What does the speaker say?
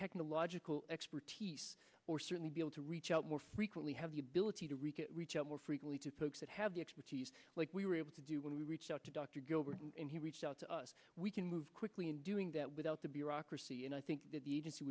technological expertise or certainly able to reach out more frequently have the ability to recruit reach out more frequently to folks that have the expertise like we were able to do when we reached out to dr gilbert and he reached out to us we can move quickly in doing that without the bureaucracy and i think that the agency